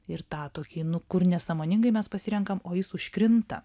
ir tą tokį nu kur nesąmoningai mes pasirenkam o jis užkrinta